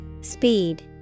Speed